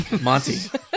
Monty